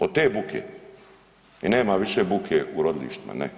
Od te buke i nema više bude u rodilištima, ne.